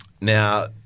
Now